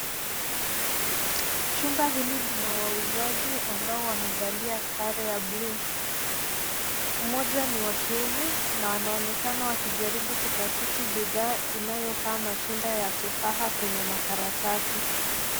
Chumba hili ni la wauzaji ambao wamevalia sare ya buluu. Mmoja ni wa kiume na wanaonekana wakijaribu kupakiti bidhaa inayokaa matunda ya tofaha kwenye makaratasi.